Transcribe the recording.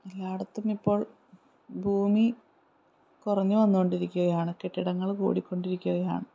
എല്ലായിടത്തും ഇപ്പോൾ ഭൂമി കുറഞ്ഞുവന്നുകൊണ്ടിരിക്കുകയാണ് കെട്ടിടങ്ങൾ കൂടിക്കൊണ്ടിരിക്കുകയാണ്